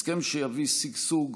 הסכם שיביא שגשוג,